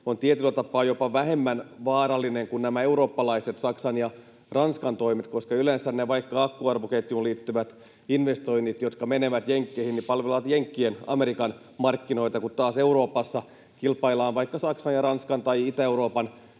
on tietyllä tapaa jopa vähemmän vaarallinen kuin nämä eurooppalaiset Saksan ja Ranskan toimet, koska yleensä ne vaikkapa akkuarvoketjuun liittyvät investoinnit, jotka menevät Jenkkeihin, palvelevat Jenkkien — Amerikan — markkinoita, kun taas Euroopassa kilpaillaan vaikka Saksan ja Ranskan tai Itä-Euroopan